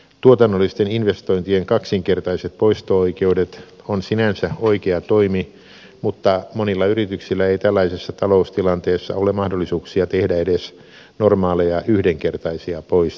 tuotannollisten investointien kaksinkertaiset poisto oikeudet on sinänsä oikea toimi mutta monilla yrityksillä ei tällaisessa taloustilanteessa ole mahdollisuuksia tehdä edes normaaleja yhdenkertaisia poistoja